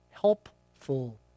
helpful